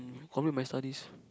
mm complete my studies